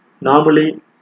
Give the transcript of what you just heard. Normally